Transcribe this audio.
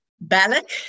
Balak